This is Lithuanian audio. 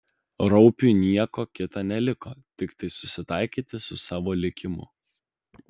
raupiui nieko kita neliko tiktai susitaikyti su savo likimu